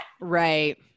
right